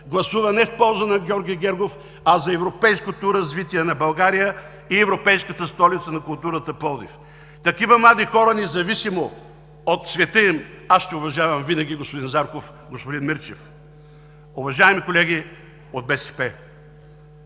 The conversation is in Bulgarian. гласува не в полза на Георги Гергов, а за европейското развитие на България и европейската столица на културата – Пловдив. Такива млади хора, независимо от цвета им, ще уважавам винаги, господин Зарков, господин Мирчев. Уважаеми колеги от БСП,